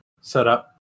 setup